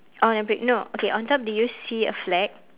on the pic no okay on top do you see a flag